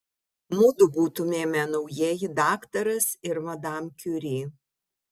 mudu būtumėme naujieji daktaras ir madam kiuri